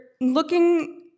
looking